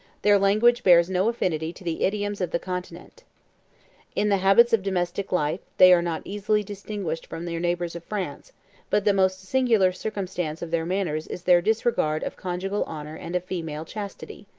their language bears no affinity to the idioms of the continent in the habits of domestic life, they are not easily distinguished from their neighbors of france but the most singular circumstance of their manners is their disregard of conjugal honor and of female chastity.